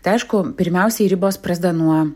tai aišku pirmiausiai ribos prasdeda nuo